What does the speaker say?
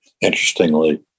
interestingly